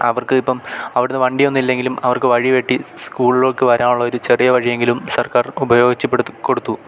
അവർക്ക് ഇപ്പം അവിടെ നിന്ന് വണ്ടിയൊന്നില്ലെങ്കിലും അവർക്ക് വഴി വെട്ടി സ്കൂളിലേക്കു വരാന് ഉള്ള ഒരു ചെറിയ വഴിയെങ്കിലും സർക്കാർ ഉപയോഗിച്ച് പെടുത്തി കൊടുത്തു